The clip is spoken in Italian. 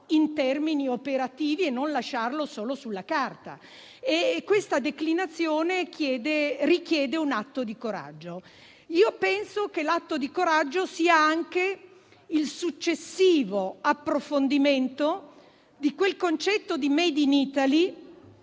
in termini operativi e non lasciarlo solo sulla carta. Tale declinazione richiede un atto di coraggio. Penso che l'atto di coraggio sia anche il successivo approfondimento del concetto di *made in Italy*,